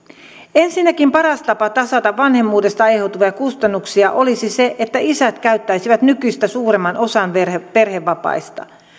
ensinnäkin paras tapa tasata vanhemmuudesta aiheutuvia kustannuksia olisi se että isät käyttäisivät nykyistä suuremman osan perhevapaista